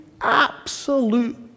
absolute